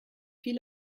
viel